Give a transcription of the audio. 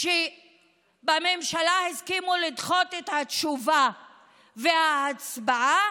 שבממשלה הסכימו לדחות את התשובה וההצבעה,